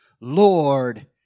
Lord